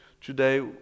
today